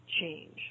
change